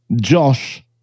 Josh